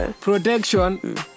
Protection